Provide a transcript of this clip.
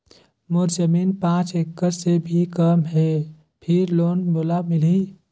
मोर जमीन पांच एकड़ से भी कम है फिर लोन मोला मिलही?